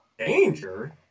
Danger